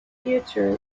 future